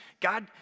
God